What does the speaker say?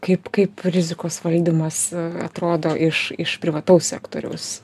kaip kaip rizikos valdymas atrodo iš iš privataus sektoriaus